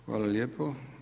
Hvala lijepo.